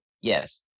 Yes